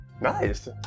Nice